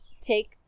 take